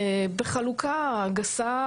בחלוקה גסה